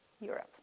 Europe